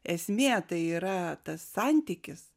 esmė tai yra tas santykis